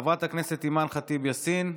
חברת הכנסת אימאן ח'טיב יאסין,